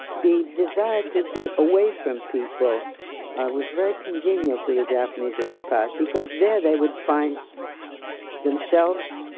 the desire to be away from people was very congenial to the japanese of the past, because there they would find themselves,